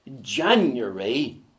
January